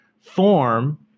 form